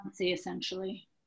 essentially